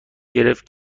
گرفت